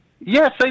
Yes